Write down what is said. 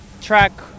track